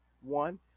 One